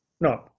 no